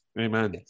amen